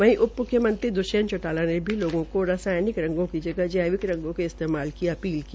वहीं उप मुख्यमंत्री दृष्यंत चौटाला ने भी लोगों को रसायनिक रंगों की जगह जैविक रंगों के इस्तेमाल की अपील की